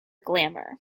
glamour